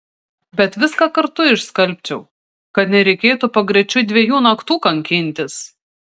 bet viską kartu išskalbčiau kad nereikėtų pagrečiui dviejų naktų kankintis